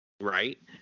Right